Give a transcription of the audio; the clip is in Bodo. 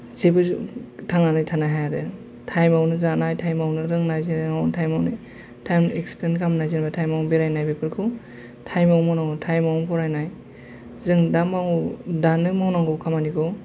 जेबो थांनानै थानो हाया आरो थायमावनो जानाय थायमावनो लोंनाय जिरायनाय थायमावनो थायम एक्सप्लर खालामनाय जाबाय थायमाव बेरायनाय बेफोरखौ थायमावनो मावनांगौ थायमाव बनायनाय जों दा मावो दानो मावनांगौ खामानिखौ